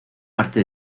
parte